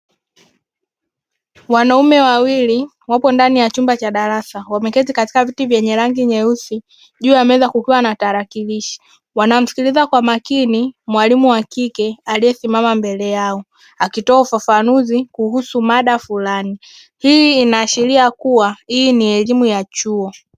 wanaume wawili wapo ndani ya chumba cha darasa wameketi katika viti vya rangi nyeusi juu ya meza kukiwa tarakilishi wanamsikiliza kwa makini mwalimu wa kike aliyesimama mbele yao akitoa ufafanuzi kuhusu mada fulani hii inaashiria kuwa ni elimu ya chuo.